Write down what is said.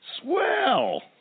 Swell